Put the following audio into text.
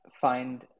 find